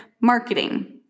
marketing